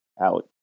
out